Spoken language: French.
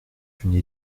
une